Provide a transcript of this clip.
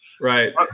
Right